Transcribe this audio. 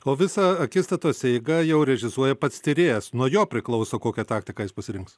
o visą akistatos eigą jau režisuoja pats tyrėjas nuo jo priklauso kokią taktiką jis pasirinks